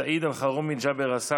סעיד אלחרומי, ג'אבר עסאקלה,